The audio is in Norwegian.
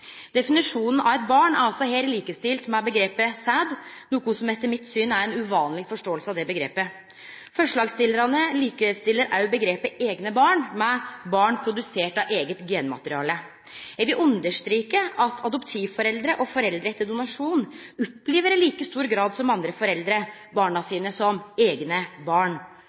Definisjonen av eit barn er altså her likestilt med omgrepet «sæd», noko som etter mitt syn er ei uvanleg forståing av det omgrepet. Forslagsstillarane likestiller òg omgrepet «eigne barn» med barn produsert av eige genmateriale. Eg vil understreke at adoptivforeldre og foreldre etter donasjon opplever i like stor grad som andre foreldre barna sine som «eigne barn».